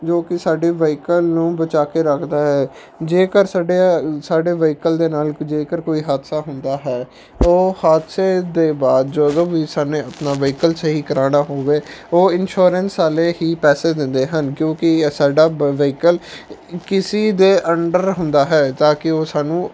ਜੋ ਕਿ ਸਾਡੇ ਵਾਹੀਕਲ ਨੂੰ ਬਚਾ ਕੇ ਰੱਖਦਾ ਹੈ ਜੇਕਰ ਸਾਡੇ ਸਾਡੇ ਵਹੀਕਲ ਦੇ ਨਾਲ ਜੇਕਰ ਕੋਈ ਹਾਦਸਾ ਹੁੰਦਾ ਹੈ ਉਹ ਹਾਦਸੇ ਦੇ ਬਾਅਦ ਜਦੋਂ ਵੀ ਸਾਨੂੰ ਆਪਣਾ ਵਾਹੀਕਲ ਸਹੀ ਕਰਵਾਉਣਾ ਹੋਵੇ ਉਹ ਇਨਸ਼ੋਰੈਂਸ ਵਾਲੇ ਹੀ ਪੈਸੇ ਦਿੰਦੇ ਹਨ ਕਿਉਂਕਿ ਸਾਡਾ ਵਹੀਕਲ ਕਿਸੇ ਦੇ ਅੰਡਰ ਹੁੰਦਾ ਹੈ ਤਾਂ ਕਿ ਉਹ ਸਾਨੂੰ